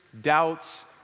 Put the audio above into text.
doubts